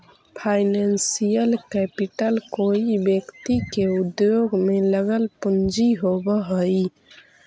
financial capital कोई व्यक्ति के उद्योग में लगल पूंजी होवऽ हई